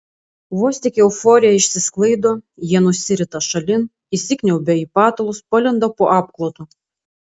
vos tik euforija išsisklaido jie nusirita šalin įsikniaubia į patalus palenda po apklotu